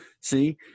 See